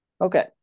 Okay